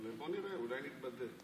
אבל בוא נראה, אולי נתבדה.